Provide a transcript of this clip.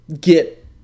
get